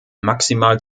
maximal